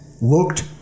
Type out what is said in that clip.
looked